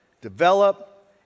develop